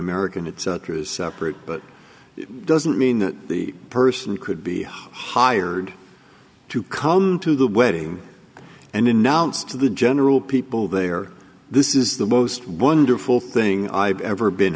american it's true is separate but it doesn't mean that the person could be hired to come to the wedding and announce to the general people they are this is the most wonderful thing i've ever been